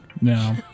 No